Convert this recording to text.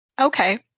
Okay